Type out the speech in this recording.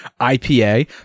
ipa